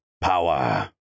power